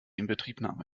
inbetriebnahme